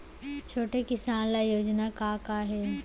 छोटे किसान ल योजना का का हे?